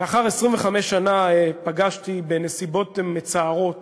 לאחר 25 שנה פגשתי בנסיבות מצערות